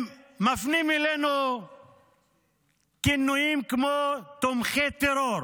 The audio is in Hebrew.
הם מפנים אלינו כינויים כמו "תומכי טרור".